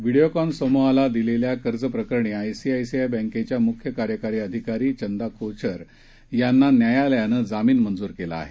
व्हिडियोकॉन समूहाला दिलेल्या कर्जप्रकरणी आयसीआयसीआय बँकेच्या मुख्य कार्यकारी अधिकारी चंदा कोचर यांना न्यायालयानं जामीन मंजूर केला आहे